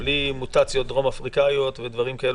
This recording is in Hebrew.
בלי מוטציות דרום-אפריקאיות ודברים כאלה